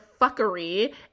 fuckery